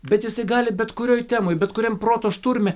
bet jisai gali bet kurioj temoj bet kuriam proto šturme